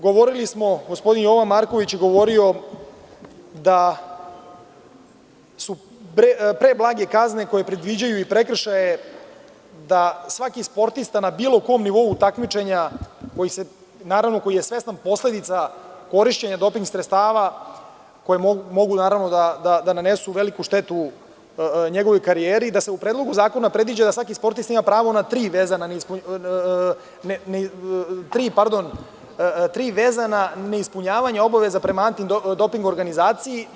Gospodin Jova Marković je govorio da su preblage kazne koje predviđaju i prekršaje, da svaki sportista na bilo kom nivou takmičenja, naravno, koji je svestan posledica korišćenja doping sredstava, koje mogu da nanesu veliku štetu njegovoj karijeri, da se u Predlogu zakona predviđa da svaki sportista ima pravo na tri vezana neispunjavanja obaveza prema antidoping organizaciji.